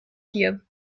hier